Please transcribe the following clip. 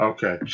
Okay